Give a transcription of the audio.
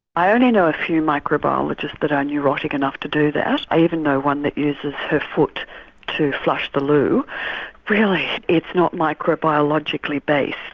i only know a few microbiologists that are neurotic enough to do that, i even know one that uses her foot to flush the loo really it's not microbiologically based.